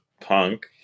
punk